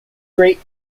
great